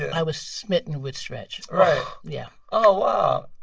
i was smitten with stretch right yeah oh, wow.